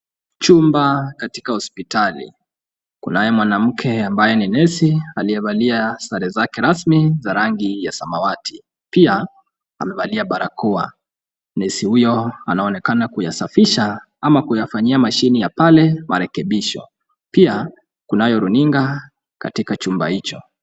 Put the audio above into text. Chumba katika hospitali. Kunaye mwanamke ambaye ni nesi aliyevalia sare zake rasmi za rangi ya samawati. Pia amevalia barakoa. Nesi huyo anaonekana kuyasafisha ama kuyafanyia mashine pale marekebisho. Pia kunayo runinga katika chumba hicho.